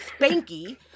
Spanky